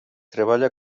treballa